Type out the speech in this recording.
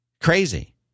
Crazy